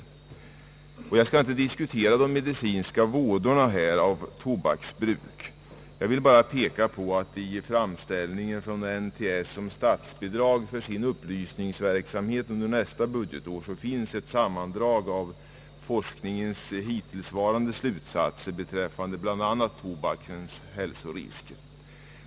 Jag skall inte därför diskutera de medicinska vådorna av tobaksbruket. Jag vill bara peka på att i framställningen från NTS om statsbidrag för sin upplysningsverksamhet finns ett sammandrag av forskningens hittillsvarande slutsatser beträffande bl.a. tobakens hälsorisker.